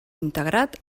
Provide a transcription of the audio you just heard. integrat